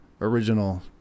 original